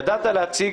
ידעת להציג,